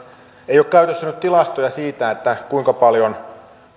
ei ole käytössä nyt tilastoja siitä kuinka paljon